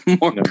more